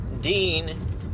Dean